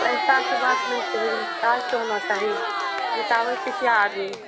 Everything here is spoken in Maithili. पैसाक बात नहि छै लेकिन काज तऽ होना चाही जीताबै छै किए आदमी